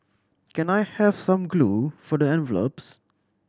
can I have some glue for the envelopes